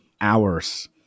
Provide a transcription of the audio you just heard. hours